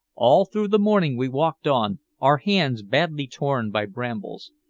all through the morning we walked on, our hands badly torn by brambles.